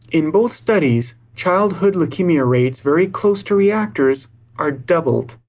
in both studies childhood leukemia rates very close to reactors are doubled.